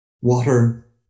Water